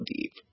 deep